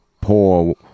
poor